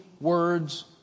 words